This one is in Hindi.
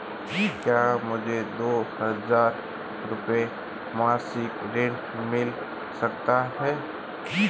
क्या मुझे दो हज़ार रुपये मासिक ऋण मिल सकता है?